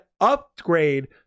upgrade